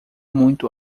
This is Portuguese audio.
muito